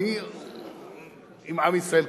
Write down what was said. ואני שומעת את אלה שאומרים: